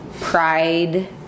pride